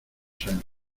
senos